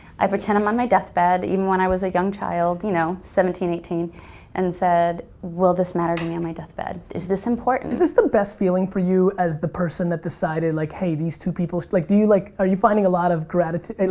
i pretend i'm on my deathbed, even when i was a young child, you know, seventeen, eighteen and said, will this matter to me on my deathbed? is this important? is this the best feeling for you as the person that decided like hey, these two people, like do you like are you finding a lot of gratitude?